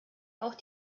auch